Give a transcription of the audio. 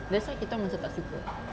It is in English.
that's why kita orang macam tak suka